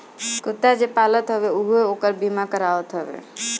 कुत्ता जे पालत हवे उहो ओकर बीमा करावत हवे